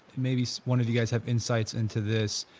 maybe one of you guys have insights into this.